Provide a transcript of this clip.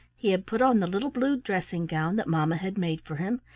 he had put on the little blue dressing-gown that mamma had made for him,